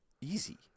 Easy